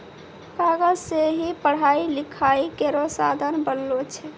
कागज सें ही पढ़ाई लिखाई केरो साधन बनलो छै